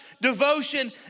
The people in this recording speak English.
devotion